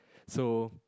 so